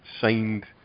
signed